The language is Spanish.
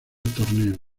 torneo